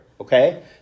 Okay